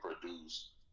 produce